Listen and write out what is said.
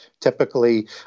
typically